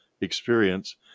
experience